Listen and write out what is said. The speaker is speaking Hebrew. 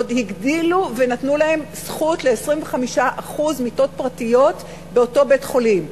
עוד הגדילו ונתנו להם זכות ל-25% מיטות פרטיות באותו בית-חולים.